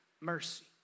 mercy